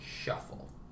shuffle